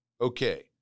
Okay